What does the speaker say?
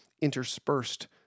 interspersed